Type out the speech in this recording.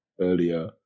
earlier